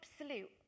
absolute